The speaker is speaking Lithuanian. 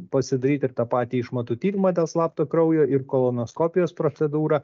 pasidaryti ir tą patį išmatų tyrimą dėl slapto kraujo ir kolonoskopijos procedūrą